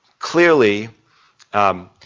clearly um,